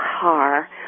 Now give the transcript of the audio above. car